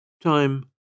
Time